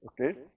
Okay